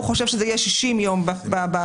הוא חושב שזה יהיה 60 יום במתווה.